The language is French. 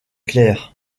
claire